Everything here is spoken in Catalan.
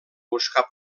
buscar